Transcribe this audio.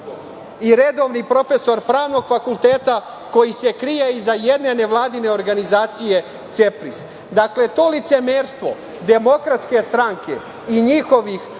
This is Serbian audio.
i redovni profesor pravnog fakulteta koji se krije iza jedne nevladine organizacije CEPRIS.Dakle, to licemerstvo DS i njihovih